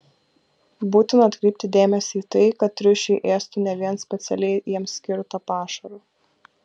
būtina atkreipti dėmesį į tai kad triušiai ėstų ne vien specialiai jiems skirtą pašarą